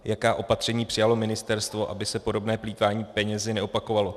Jaká opatření přijalo ministerstvo, aby se podobné plýtvání penězi neopakovalo?